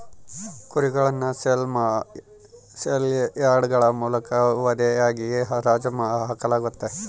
ಕುರಿಗಳನ್ನು ಸೇಲ್ ಯಾರ್ಡ್ಗಳ ಮೂಲಕ ವಧೆಗಾಗಿ ಹರಾಜು ಹಾಕಲಾಗುತ್ತದೆ